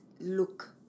look